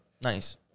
nice